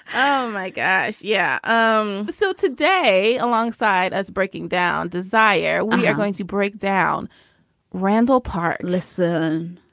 oh, my gosh. yeah. um so today, alongside as breaking down desire, we are going to break down randle part. listen,